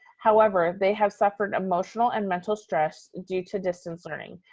however, they have suffered emotional and mental stress due to distance learning.